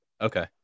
Okay